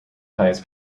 highest